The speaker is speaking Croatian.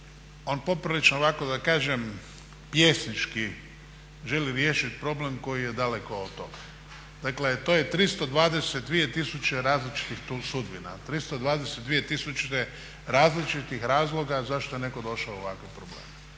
on poprilično ovako da kažem pjesnički želi riješiti problem koji je daleko od toga. Dakle, to je 322 tisuće različitih sudbina, 322 tisuće različitih razloga zašto je netko došao u ovakve probleme.